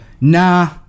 nah